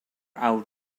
out